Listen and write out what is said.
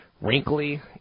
wrinkly